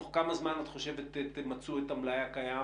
תוך כמה זמן את חושבת שתמצו את המלאי הקיים